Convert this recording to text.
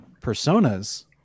personas